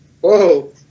Whoa